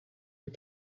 had